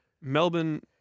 Melbourne